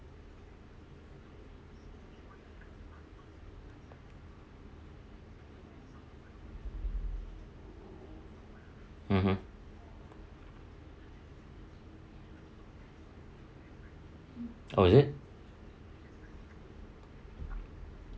mmhmm oh is it